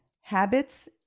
habits